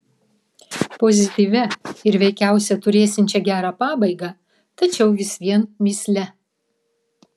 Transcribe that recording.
pozityvia ir veikiausia turėsiančia gerą pabaigą tačiau vis vien mįsle